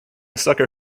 sucker